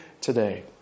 today